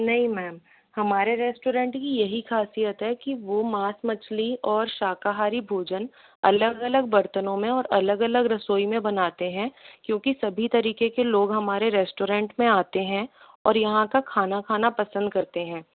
नहीं मैम हमारे रेस्टोरेंट की यही ख़ासियत है की वो मांस मछली और शाकाहारी भोजन अलग अलग बरतनों में और अलग अलग रसोई में बनाते हैं क्योंकि सभी तरीके के लोग हमारे रेस्टोरेंट में आते हैं और यहाँ का खाना खाना पसंद करते हैं